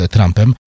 Trumpem